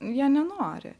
jie nenori